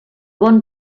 bon